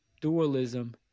dualism